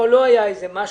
לא היה משהו,